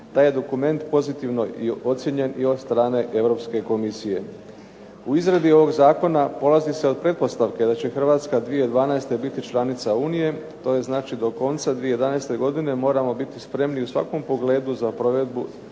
Taj je dokument pozitivno ocijenjen i od strane Europske komisije. U izradi ovog zakona polazi se od pretpostavke da će Hrvatska 2012. biti članica unije, to je znači do konca 2011. godine moramo biti spremni u svakom pogledu za provedbu